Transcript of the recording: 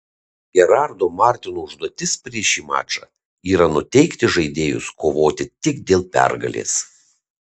gerardo martino užduotis prieš šį mačą yra nuteikti žaidėjus kovoti tik dėl pergalės